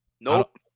Nope